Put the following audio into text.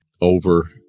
over